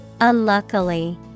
unluckily